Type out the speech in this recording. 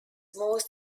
most